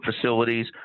facilities